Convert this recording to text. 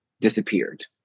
disappeared